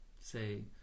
say